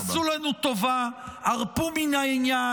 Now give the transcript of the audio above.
עשו לנו טובה, הרפו מן העניין.